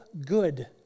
good